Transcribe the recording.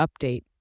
update